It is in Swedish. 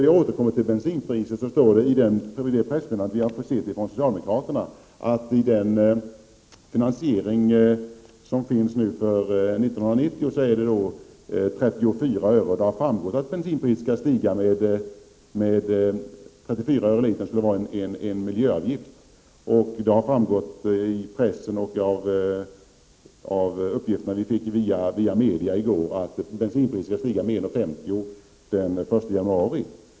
I ett pressmeddelande från socialdemokraterna står att i finansieringsplanen för 1990 skall bensinpriset stiga och 34 öre per liter utgöra miljöavgift. Det har framgått av pressen och av uppgifter vi fick via media i går att bensinpriset skall stiga med 1,50 kr. fr.o.m. den 1 januari.